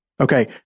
Okay